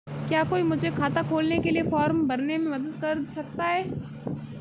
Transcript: क्या कोई मुझे खाता खोलने के लिए फॉर्म भरने में मदद कर सकता है?